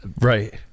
right